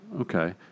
okay